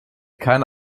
keine